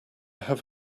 have